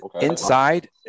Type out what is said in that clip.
inside